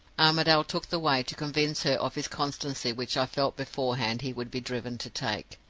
armadale took the way to convince her of his constancy which i felt beforehand he would be driven to take.